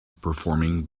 performing